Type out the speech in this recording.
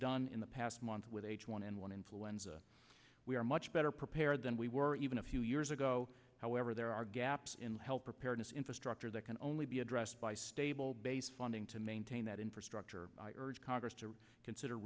done in the past month with h one n one influenza we are much better prepared than we were even a few years ago however there are gaps in health preparedness infrastructure that can only be addressed by stable base funding to maintain that infrastructure i urge congress to consider